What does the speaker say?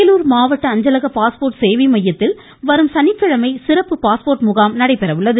வேலூர் மாவட்ட அஞ்சலக பாஸ்போர்ட் சேவை மையத்தில் வரும் சனிக்கிழமை சிறப்பு பாஸ்போர்ட் முகாம் நடைபெற உள்ளது